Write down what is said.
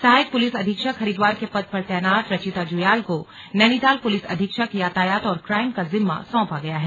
सहायक पुलिस अधीक्षक हरिद्वार के पद पर तैनात रचिता जुयाल को नैनीताल पुलिस अधीक्षक यातायात और क्राइम का जिम्मा सौंपा गया है